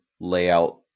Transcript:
layout